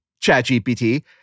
ChatGPT